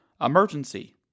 Emergency